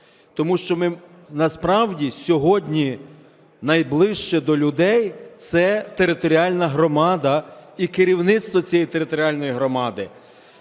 Тому що насправді сьогодні найближче до людей – це територіальна громада і керівництво цієї територіальної громади.